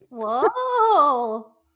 Whoa